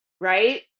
right